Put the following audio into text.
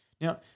Now